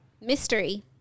Mystery